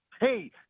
Hey